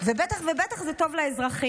ובטח ובטח זה טוב לאזרחים.